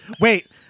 Wait